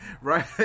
right